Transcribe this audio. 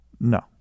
No